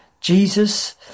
Jesus